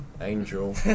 angel